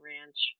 Ranch